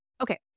okay